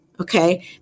okay